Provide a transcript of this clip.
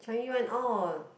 Changi one orh